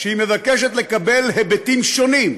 שהיא מבקשת לקבל היבטים שונים,